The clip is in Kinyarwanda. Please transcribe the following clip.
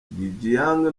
dejiang